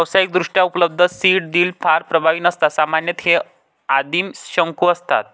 व्यावसायिकदृष्ट्या उपलब्ध seed drill फार प्रभावी नसतात सामान्यतः हे आदिम शंकू असतात